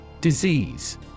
Disease